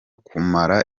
kumara